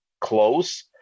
close